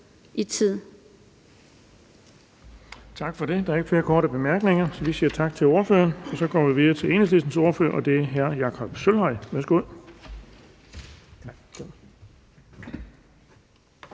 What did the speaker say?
Tak for det. Der er ikke flere korte bemærkninger, så vi siger tak til ordføreren. Og så går vi videre til Enhedslistens ordfører, og det er hr. Jakob Sølvhøj. Værsgo.